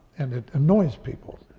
and it annoys people,